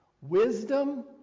wisdom